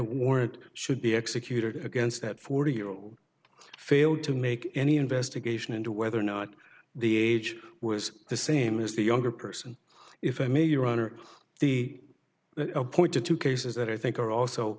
warrant should be executed against that forty year old failed to make any investigation into whether or not the age was the same as the younger person if i may your honor the appointed two cases that i think are also